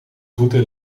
voeten